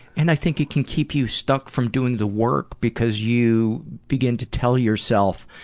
and i think it can keep you stuck from doing the work, because you begin to tell yourself